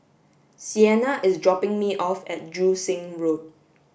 Siena is dropping me off at Joo Seng Road